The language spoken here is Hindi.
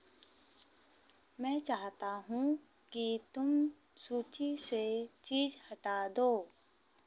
मैं चाहता हूँ कि तुम सूची से चीज़ हटा दो